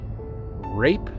rape